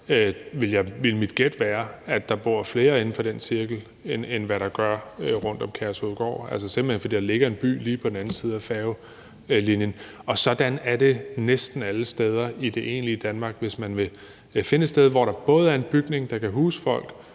i Kalvehave – så bor der flere inden for den cirkel, end der gør rundt om Kærshovedgård, simpelt hen fordi der ligger en by lige på den anden side af færgelinjen. Og sådan er det næsten alle steder i det egentlige Danmark. Hvis man vil finde et sted, hvor der både er en bygning, der kan huse folk,